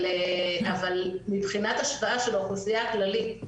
אבל מבחינת השוואה של האוכלוסיה הכללית,